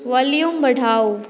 volume बढ़ाउ